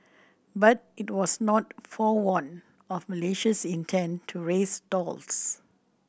but it was not forewarned of Malaysia's intent to raise tolls